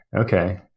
Okay